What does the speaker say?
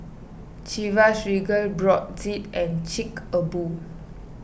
Chivas Regal Brotzeit and Chic A Boo